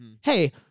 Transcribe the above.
hey